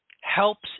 helps